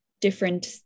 different